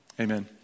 Amen